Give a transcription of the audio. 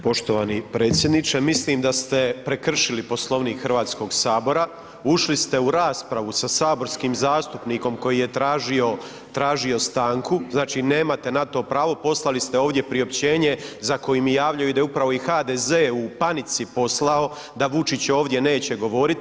Poštovani predsjedniče, mislim da ste prekršili Poslovnik Hrvatskoga sabora, ušli ste u raspravu sa saborskim zastupnikom koji je tražio stanku, znači nemate na to pravo, poslali ste ovdje priopćenje za koju mi javljaju da je upravo i HDZ u panici poslao da Vučić ovdje neće govoriti.